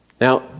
Now